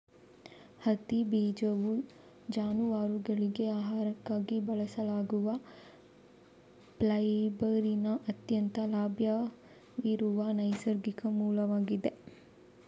ಹತ್ತಿ ಬೀಜವು ಜಾನುವಾರುಗಳಿಗೆ ಆಹಾರಕ್ಕಾಗಿ ಬಳಸಲಾಗುವ ಫೈಬರಿನ ಅತ್ಯಂತ ಲಭ್ಯವಿರುವ ನೈಸರ್ಗಿಕ ಮೂಲವಾಗಿದೆ